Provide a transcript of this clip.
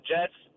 Jets